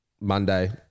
Monday